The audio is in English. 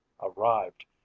arrived